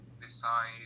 decide